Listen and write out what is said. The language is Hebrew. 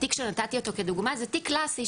התיק שנתתי אותו כדוגמה הוא תיק קלאסי,